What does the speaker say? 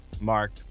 Mark